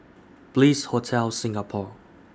Bliss Hotel Singapore